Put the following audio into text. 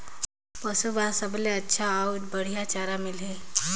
पशु बार सबले अच्छा अउ बढ़िया चारा ले मिलही?